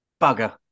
bugger